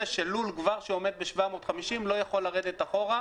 שלול שכבר עומד ב-750 לא יכול לרדת אחורה,